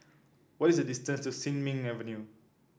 what is the distance to Sin Ming Avenue